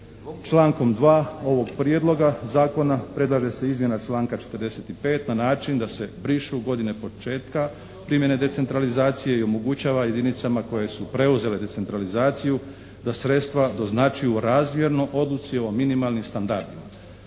Člankom 2. ovog Prijedloga zakona predlaže se izmjena članka 45. na način da se brišu godine početka primjene decentralizacije i omogućava jedinicama koje su preuzele decentralizaciju da sredstva doznačuju razmjerno odluci o minimalnim standardima.